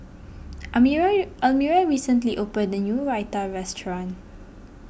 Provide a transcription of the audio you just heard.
Almira Almira recently opened a new Raita restaurant